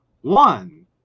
one